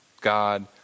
God